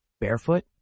Barefoot